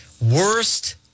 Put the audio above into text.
Worst